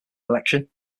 election